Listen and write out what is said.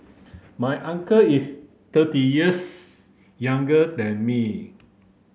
my uncle is thirty years younger than me